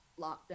lockdown